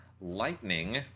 lightning